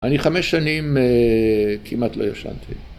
אני חמש שנים כמעט לא ישנתי